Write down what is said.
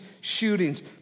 shootings